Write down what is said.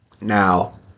Now